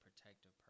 protective